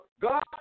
God